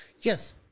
Yes